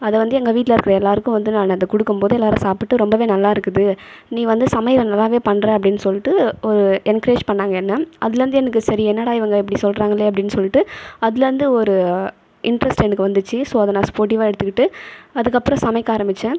அதை வந்து எங்கள் வீட்டில் இருக்கிற எல்லாேருக்கும் வந்து நான் அதை கொடுக்கும்போது எல்லாேரும் சாப்பிட்டு ரொம்பவே நல்லாயிருக்குது நீ வந்து சமையலை நல்லாவே பண்ணுற அப்படினு சொல்லிட்டு ஒரு என்கரேஜ் பண்ணிணாங்க என்ன அதுலிருந்து எனக்கு சரி என்னடா இவங்க இப்படி சொல்கிறாங்கலே அப்படின்னு சொல்லிட்டு அதுலிருந்து ஒரு இன்டெரெஸ்ட் எனக்கு வந்துச்சு ஸோ அதை நான் ஸ்போர்டிவ்வாக எடுத்துக்கிட்டு அதுக்கப்புறம் சமைக்க ஆரம்பித்தேன்